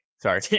sorry